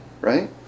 right